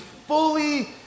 Fully